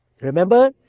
Remember